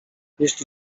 jeśli